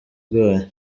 igoye